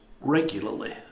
regularly